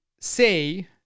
say